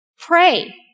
Pray